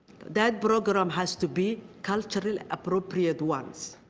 that program has to be culturally appropriate ones.